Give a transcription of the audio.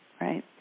right